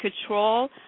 control